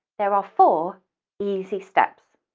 there are four easy steps.